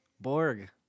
Borg